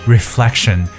Reflection